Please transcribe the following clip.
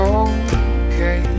okay